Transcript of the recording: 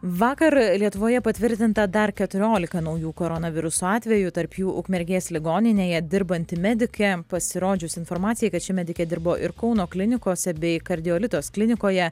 vakar lietuvoje patvirtinta dar keturiolika naujų koronaviruso atvejų tarp jų ukmergės ligoninėje dirbanti medikė pasirodžius informacijai kad ši medikė dirbo ir kauno klinikose bei kardiolitos klinikoje